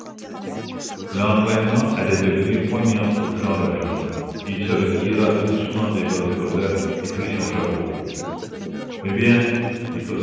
l'entraînement allait devenir poignant pour jean valjean il se retira doucement des bras de cosette et prit son chapeau eh bien